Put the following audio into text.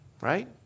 right